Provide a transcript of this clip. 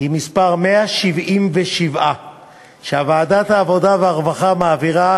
היא ההצעה ה-177 שוועדת העבודה והרווחה מעבירה